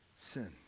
sin